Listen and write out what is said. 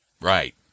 Right